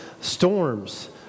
storms